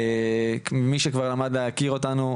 כמי שכבר למד להכיר אותנו,